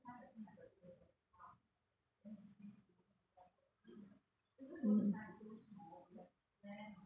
mm